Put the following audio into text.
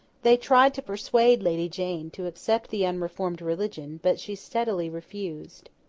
they tried to persuade lady jane to accept the unreformed religion but she steadily refused.